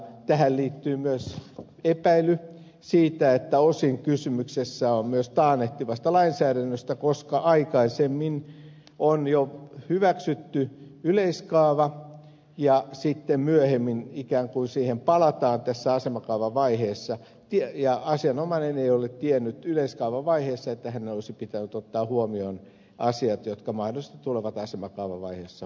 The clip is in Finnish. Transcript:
tähän liittyy myös epäily siitä että osin kysymys on myös taannehtivasta lainsäädännöstä koska aikaisemmin on jo hyväksytty yleiskaava ja sitten myöhemmin ikään kuin siihen palataan asemakaavavaiheessa ja asianomainen ei ole tiennyt yleiskaavavaiheessa että hänen olisi pitänyt ottaa huomioon asiat jotka mahdollisesti tulevat asemakaavavaiheessa esille